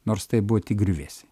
nors tai buvo tik griuvėsiai